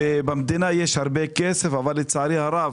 במדינה יש הרבה כסף אבל לצערי הרב,